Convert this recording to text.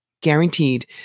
guaranteed